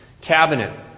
cabinet